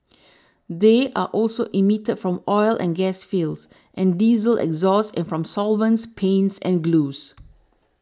they are also emitted from oil and gas fields and diesel exhaust and from solvents paints and glues